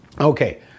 Okay